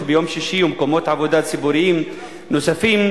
ביום שישי ומקומות עבודה ציבוריים נוספים,